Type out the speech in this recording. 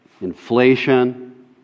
Inflation